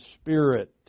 spirit